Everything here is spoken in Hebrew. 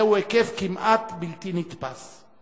זהו היקף כמעט בלתי נתפס.